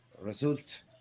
result